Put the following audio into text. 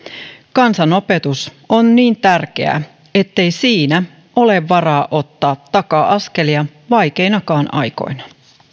kansanopetus on niin tärkeää ettei siinä ole varaa ottaa taka askelia vaikeinakaan aikoina